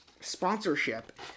sponsorship